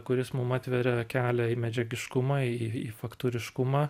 kuris mum atveria kelią į medžiagiškumą į į faktūriškumą